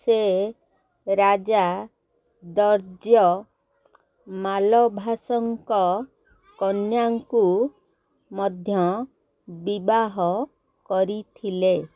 ସେ ରାଜା ଦର୍ଯ୍ୟ ମାଲଭାସଙ୍କ କନ୍ୟାଙ୍କୁ ମଧ୍ୟ ବିବାହ କରିଥିଲେ